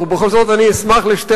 ובכל זאת אני אשמח לשתי